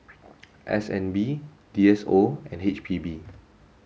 S N B D S O and H P B